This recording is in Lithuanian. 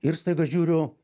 ir staiga žiūriu